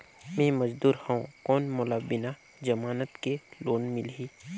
मे मजदूर हवं कौन मोला बिना जमानत के लोन मिलही?